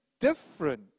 Different